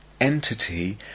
entity